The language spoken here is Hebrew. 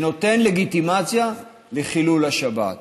שנותן לגיטימציה לחילול השבת.